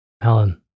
Helen